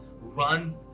run